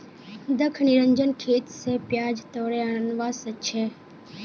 दख निरंजन खेत स प्याज तोड़े आनवा छै